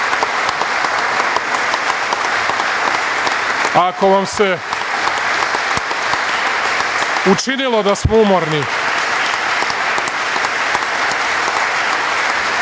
vam se učinilo da smo umorni